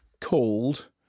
called